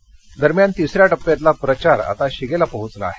प्रचार दरम्यान तिसऱ्या टप्यातला प्रचार आता शिगेला पोहोचला आहे